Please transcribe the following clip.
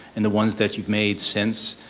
and the ones that you've made since,